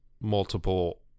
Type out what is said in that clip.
multiple